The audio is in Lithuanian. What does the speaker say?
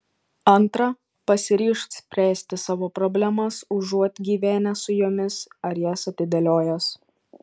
antra pasiryžk spręsti savo problemas užuot gyvenęs su jomis ar jas atidėliojęs